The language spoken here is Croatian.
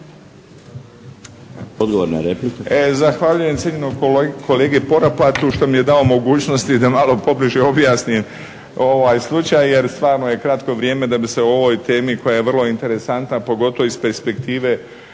Odgovor na repliku.